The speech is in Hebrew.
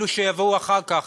אלו שיבואו אחר כך,